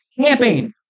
Camping